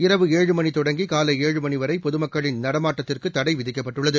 இரவு ஏழு மணி தொடங்கி காலை ஏழு மணி வரை பொதுமக்களின் நடமாட்டாத்திற்கு தடைவிதிக்கப்பட்டுள்ளது